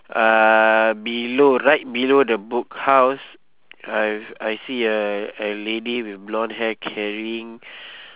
uh below right below the book house I've I see a a lady with blonde hair carrying